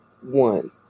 one